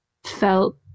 felt